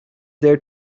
there